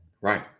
Right